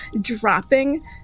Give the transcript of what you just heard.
dropping